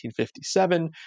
1957